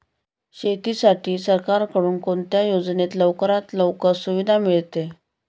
शेतीसाठी सरकारकडून कोणत्या योजनेत लवकरात लवकर सुविधा मिळते?